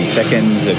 seconds